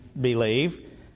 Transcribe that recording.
believe